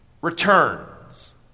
returns